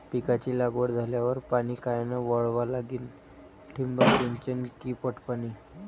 पिकाची लागवड झाल्यावर पाणी कायनं वळवा लागीन? ठिबक सिंचन की पट पाणी?